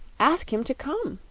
ask him to come,